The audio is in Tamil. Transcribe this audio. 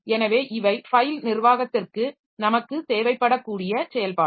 எனவே இவை ஃபைல் நிர்வாகத்திற்கு நமக்குத் தேவைப்படக்கூடிய செயல்பாடுகள்